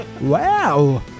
Wow